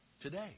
today